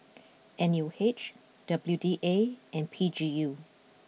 N U H W D A and P G U